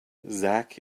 zak